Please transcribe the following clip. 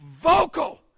vocal